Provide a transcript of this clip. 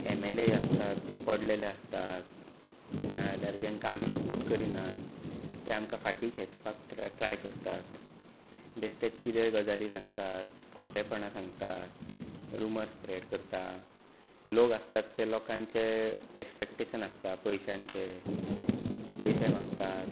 M L A आसतात जे पडलेले आसतात नाजाल्यार जेंकां आमी सपोर्ट करिनात ते आमकां फाटीं खेचपाक ट्राय करतात बेश्टेच कितेंय गजाली सांगतात खोटेपणा सांगतात रुमर्स स्प्रेड करतात लोक आसतात ते लोकांचें एक्सपॅक्टेशन आसता पयशांचें पयशे मागतात